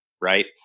right